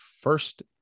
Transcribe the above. first